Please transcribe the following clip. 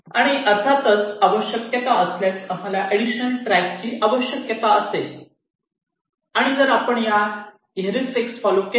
आणि अर्थातच आवश्यक असल्यास आम्हाला एडिशनल ट्रॅकची आवश्यकता असेल आणि जर आपण या हेरिस्टिक्स फॉल्लो केले